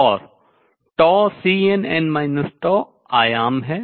और 2Cnn τ आयाम है